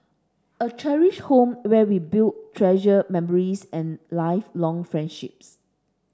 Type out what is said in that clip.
a cherished home where we build treasured memories and lifelong friendships